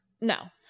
No